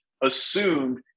assumed